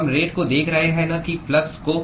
हम रेट को देख रहे हैं न कि फ्लक्स को